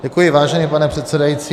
Děkuji, vážený pane předsedající.